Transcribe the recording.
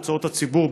הוצאות הציבור,